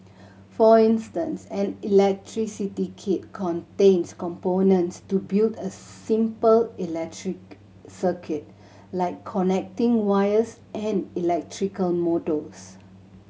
for instance an electricity kit contains components to build a simple electric circuit like connecting wires and electrical motors